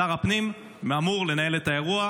שר הפנים אמור לנהל את האירוע,